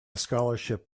scholarship